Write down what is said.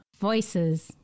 Voices